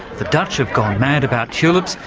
the dutch have gone mad about tulips,